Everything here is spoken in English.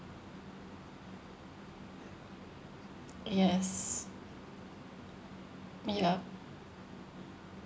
yes yup